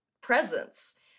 presence